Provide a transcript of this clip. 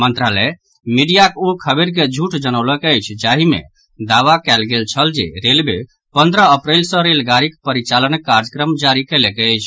मंत्रालय मीडियाक ओ खबरि के झूठ जनौलक अछि जाहि मे दावा कयल गेल छल जे रेलवे पन्द्रह अप्रैल सँ रेलगाड़ीक परिचालनक कार्यक्रम जारी कयलक अछि